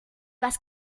was